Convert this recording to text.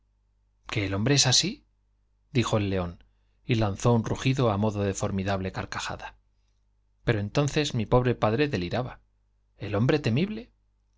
que el hombre así el es dijo león y lanzó un rugido á modo de formidable carcajada pero entonces mi pobre padre deliraba i el hombre temible